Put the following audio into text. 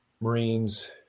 Marines